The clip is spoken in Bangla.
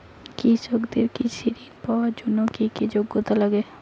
কৃষকদের কৃষি ঋণ পাওয়ার জন্য কী কী যোগ্যতা লাগে?